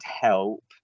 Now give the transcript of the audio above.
help